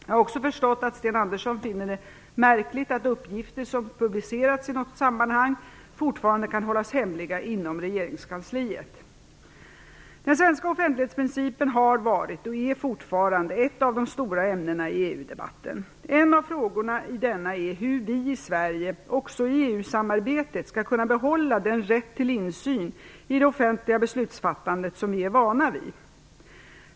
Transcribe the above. Jag har också förstått att Sten Andersson finner det märkligt att uppgifter som publicerats i något sammanhang fortfarande kan hållas hemliga inom regeringskansliet. Den svenska offentlighetsprincipen har varit och är fortfarande ett av de stora ämnena i EU-debatten. En av frågorna i denna är hur vi i Sverige också i EU samarbetet skall kunna behålla den rätt till insyn i det offentliga beslutsfattandet som vi är vana vid.